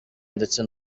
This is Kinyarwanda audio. ndetse